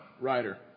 Ryder